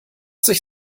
sich